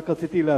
רק רציתי להשלים.